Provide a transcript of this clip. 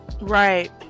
Right